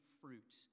fruit